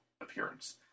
appearance